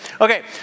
Okay